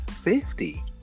Fifty